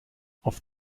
auf